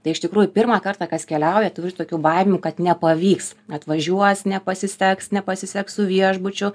tai iš tikrųjų pirmą kartą kas keliauja turi tokių baimių kad nepavyks atvažiuos nepasiseks nepasiseks su viešbučiu